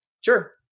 Sure